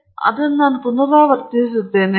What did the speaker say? ನಾನು ನಿಮಗಾಗಿ ಅದನ್ನು ಪುನರಾವರ್ತಿಸುತ್ತೇನೆ